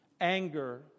anger